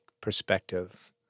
perspective